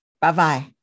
Bye-bye